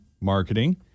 marketing